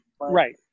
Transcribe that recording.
Right